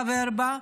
חבר בה,